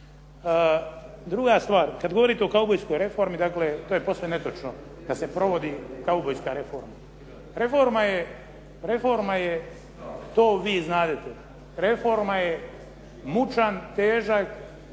Druga stvar, kad govorite o kaubojskoj reformi, dakle to je posve netočno da se provodi kaubojska reforma. Reforma je, to vi znadete, reforma je mučan, težak,